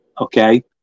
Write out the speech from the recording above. okay